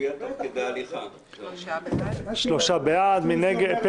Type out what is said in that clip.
הצבעה בעד, 3 נגד, אין נמנעים, אין 3 בעד.